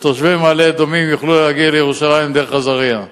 שתושבי מעלה-אדומים יוכלו להגיע לירושלים דרך עזרייה.